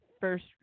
first